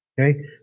Okay